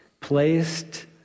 placed